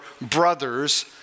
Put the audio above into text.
brother's